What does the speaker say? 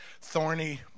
thorny